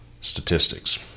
statistics